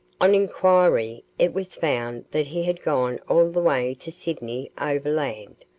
on enquiry it was found that he had gone all the way to sydney overland,